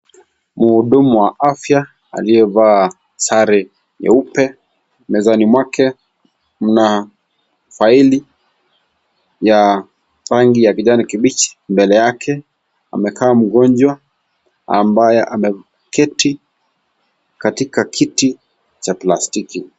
Mhudumu wa afya aliyevaa sare nyeupe, mezani mwake mna faili ya rangi ya kijani kibichi. Mbele yake amekaa mgonjwa ambaye ameketi katika kiti cha plastiki.